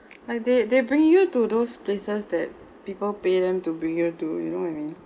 like they they bring you to those places that people pay them to bring you to you know what I mean